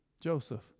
Joseph